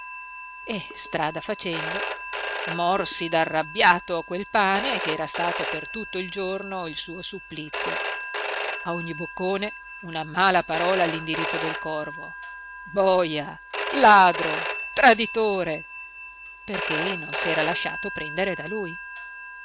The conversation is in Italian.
e strada facendo morsi da arrabbiato a quel pane ch'era stato per tutto il giorno il suo supplizio a ogni boccone una mala parola all'indirizzo del corvo boja ladro traditore perché non s'era lasciato prendere da lui